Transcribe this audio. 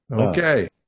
Okay